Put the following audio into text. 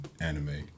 anime